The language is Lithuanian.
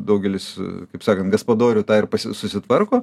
daugelis kaip sakant gaspadorių tą ir susitvarko